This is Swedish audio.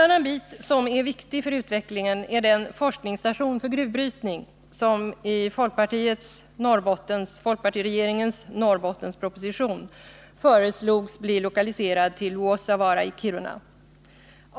Något som också är viktigt för utvecklingen är den forskningsstation för gruvbrytning som i folkpartiregeringens Norrbottenproposition föreslogs bli lokaliserad till Luossavaara i Kiruna.